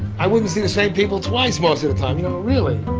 i wouldn't see the same people twice most of the time, you know, really?